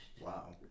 Wow